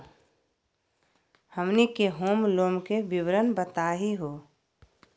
हमनी के home loan के विवरण बताही हो?